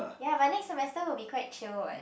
ya but next semester will be quite chill what